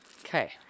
Okay